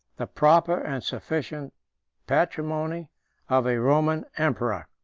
the proper and sufficient patrimony of a roman emperor.